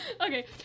Okay